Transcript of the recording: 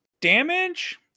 damage